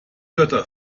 götter